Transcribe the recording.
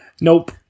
nope